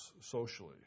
socially